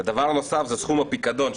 דבר נוסף זה סכום הפיקדון,